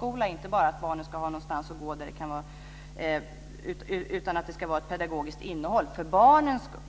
Det handlar inte bara om att barnen ska ha någonstans att gå, utan det ska finnas ett pedagogiskt innehåll för barnens skull.